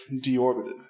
deorbited